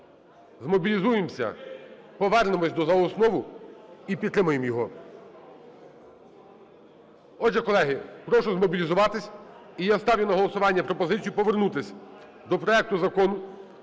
змобілізуємося, повернемося до "за основу" і підтримаємо його. Отже, колеги, прошу змобілізуватися. І я ставлю на голосування пропозицію повернутися до проекту Закону